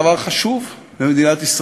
והוא אמר שזה דבר חשוב למדינת ישראל.